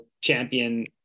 champion